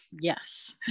Yes